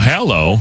Hello